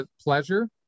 pleasure